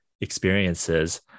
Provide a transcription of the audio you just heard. experiences